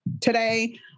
today